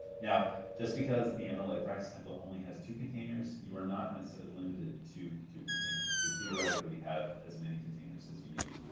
now just because the mla practice template only has two containers, you are not necessarily limited to two containers. you could theoretically have as many containers as you need